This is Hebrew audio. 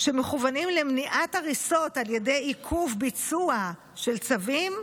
"המכוונים למניעת הריסות על ידי עיכוב ביצוע של צווים,